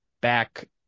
back